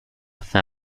fait